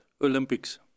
Olympics